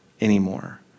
anymore